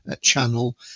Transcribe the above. channel